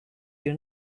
you